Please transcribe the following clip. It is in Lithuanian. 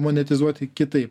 monetizuoti kitaip